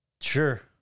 Sure